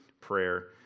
prayer